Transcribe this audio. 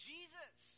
Jesus